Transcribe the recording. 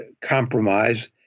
compromise